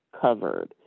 covered